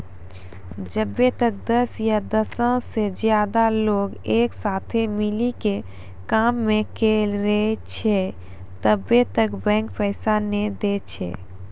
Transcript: जब्बै तक दस या दसो से ज्यादे लोग एक साथे मिली के काम नै करै छै तब्बै तक बैंक पैसा नै दै छै